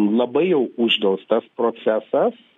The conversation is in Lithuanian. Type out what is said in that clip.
labai jau uždelstas procesas